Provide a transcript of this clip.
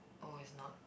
oh is not